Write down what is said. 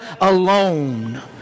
alone